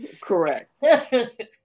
correct